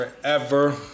forever